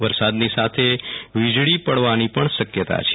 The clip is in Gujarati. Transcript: વરસાદની સાથે વીજળી પડવાની પણ શક્યતા છે